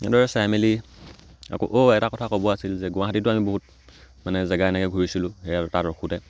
এনেদৰে চাই মেলি আকৌ অ' এটা কথা ক'ব আছিল যে গুৱাহাটীতো আমি বহুত মানে জেগা এনেকৈ ঘূৰিছিলোঁ এ তাত ৰখোঁতে